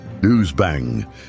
Newsbang